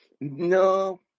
No